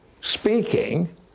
speaking